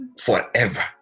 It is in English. forever